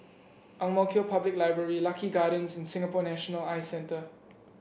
Ang Mo Kio Public Library Lucky Gardens and Singapore National Eye Centre